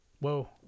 Whoa